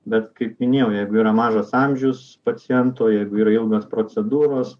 bet kaip minėjau jeigu yra mažas amžius paciento jeigu yra ilgos procedūros